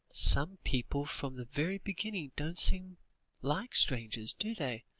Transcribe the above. some people from the very beginning don't seem like strangers, do they?